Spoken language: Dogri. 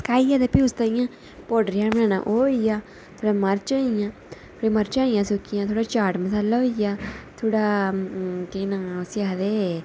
सकाइयै ते भी उसदा पौडर जन बनाई ओड़ना मर्च होई गेई फ्ही मर्चां होई गेइयां सुक्कियां थोह्ड़ा चार्ट मसाला होई गेआ थोह्ड़ा केह् नां केह् आखदे